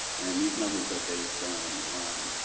and these numbers are based on on